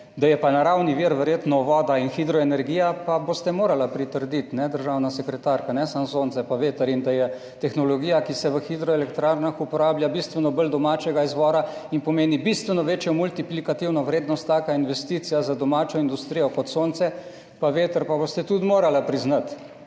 Da je pa naravni vir verjetno voda in hidroenergija, pa boste morali pritrditi, državna sekretarka, ne samo sonce pa veter in da je tehnologija, ki se v hidroelektrarnah uporablja, bistveno bolj domačega izvora in pomeni bistveno večjo multiplikativno vrednost taka investicija za domačo industrijo kot sonce pa veter, pa boste tudi morali priznati.